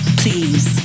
please